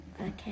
Okay